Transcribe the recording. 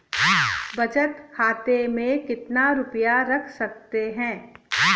बचत खाते में कितना रुपया रख सकते हैं?